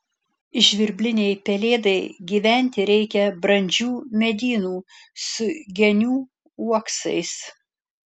žvirblinei pelėdai gyventi reikia brandžių medynų su genių uoksais